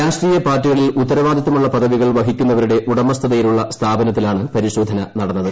രാഷ്ട്രീയപാർട്ടികളിൽ പ്രാഗ്രവാദിത്തമുള്ള പദവികൾ വഹിക്കുന്നവരുടെ ഉടമസ്ഥതയിലുള്ള സ്ഥാപനത്തിലാണ് പരിശോധന നടന്നത്